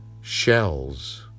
shells